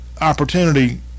opportunity